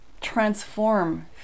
transform